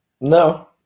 No